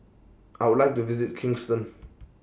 I Would like to visit Kingston